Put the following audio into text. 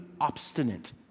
obstinate